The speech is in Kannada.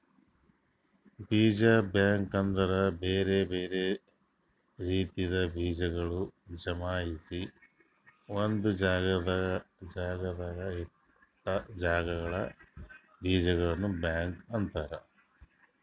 ಬೀಜ ಬ್ಯಾಂಕ್ ಅಂದುರ್ ಬ್ಯಾರೆ ಬ್ಯಾರೆ ರೀತಿದ್ ಬೀಜಗೊಳ್ ಜಮಾಯಿಸಿ ಒಂದು ಜಾಗದಾಗ್ ಇಡಾ ಜಾಗಕ್ ಬೀಜಗೊಳ್ದು ಬ್ಯಾಂಕ್ ಅಂತರ್